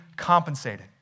compensated